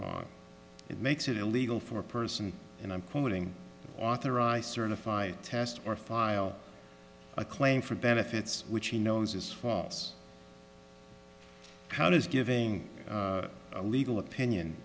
wrong it makes it illegal for a person and i'm quoting authorized certified test or file a claim for benefits which he knows is false how does giving a legal opinion